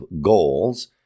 goals